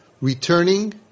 returning